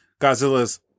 Godzilla's